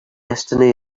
destiny